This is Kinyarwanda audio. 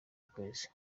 ukwezi